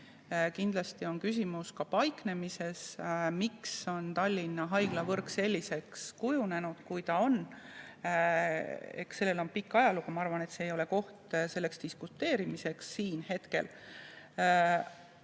Kindlasti on küsimus ka paiknemises, miks on Tallinna haiglavõrk selliseks kujunenud, nagu ta on. Eks sellel on pikk ajalugu. Ma arvan, et see ei ole praegu koht selle üle diskuteerimiseks. Vigu on